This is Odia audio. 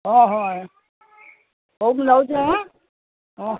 ହଁ ହଁ ହଉ ମୁଁ ଯାଉଛି ଆ ହଁ